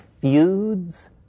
feuds